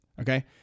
okay